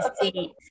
see